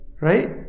right